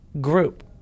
group